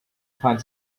find